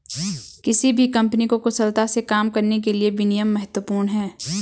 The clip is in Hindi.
किसी भी कंपनी को कुशलता से काम करने के लिए विनियम महत्वपूर्ण हैं